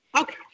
Okay